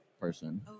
person